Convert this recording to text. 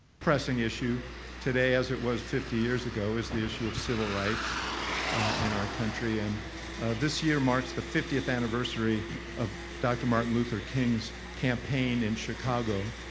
pressing issue today, as it was fifty years ago, is the issue of civil rights in our country. and this year marks the fiftieth anniversary of dr. martin luther king's campaign in chicago.